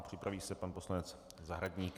Připraví se pan poslanec Zahradník.